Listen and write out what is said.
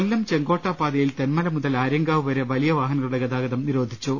കൊല്ലം ചെങ്കോട്ട പാതയിൽ തെൻമല മുതൽ ആര്യങ്കാവ് വരെ വലിയ വാഹനങ്ങളുടെ ഗതാഗതം നിരോധിച്ചു